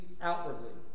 outwardly